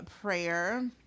Prayer